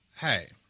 Hey